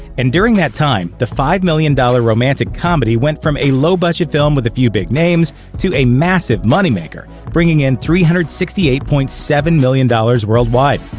and during that time, the five million dollars romantic comedy went from a low-budget film with few big names to a massive money-maker, bringing in three hundred and sixty eight point seven million dollars worldwide.